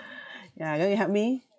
ya you want to help me